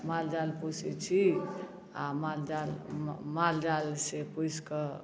माल जाल पोषै छी आ माल जाल माल जाल से पोषि कऽ